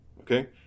okay